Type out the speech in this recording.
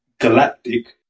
Galactic